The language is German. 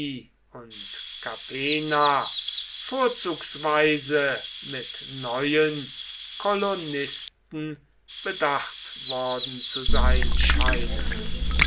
und capena vorzugsweise mit neuen kolonisten bedacht worden zu sein scheinen